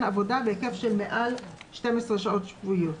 עבודה בהיקף של מעל 12 שעות שבועיות,